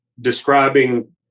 describing